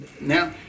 now